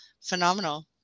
phenomenal